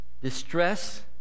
distress